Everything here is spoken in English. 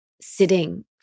sitting